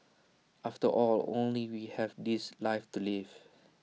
after all only we have this life to live